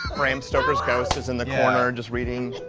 bram stoker's ghost is in the corner, just reading.